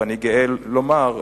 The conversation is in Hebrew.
ואני גאה לומר,